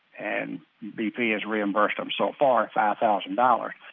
and bp has reimbursed them so far five thousand dollars.